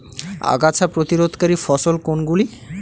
আগাছা প্রতিরোধকারী ফসল কোনগুলি?